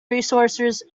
resources